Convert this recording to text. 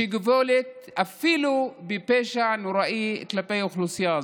שגובל אפילו בפשע נוראי כלפי האוכלוסייה הזו.